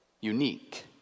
unique